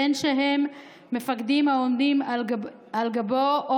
בין שהם מפקדים העומדים על גבו או